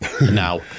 Now